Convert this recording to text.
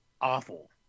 awful